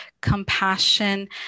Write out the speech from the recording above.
compassion